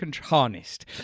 harnessed